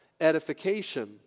edification